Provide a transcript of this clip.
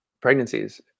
pregnancies